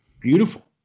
beautiful